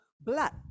blood